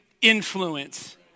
influence